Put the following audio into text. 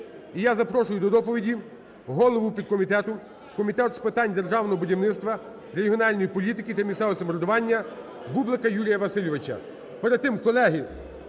І я запрошую до доповіді голову підкомітету Комітету з питань державного будівництва, регіональної політики та місцевого самоврядування Бублика Юрія Васильовича.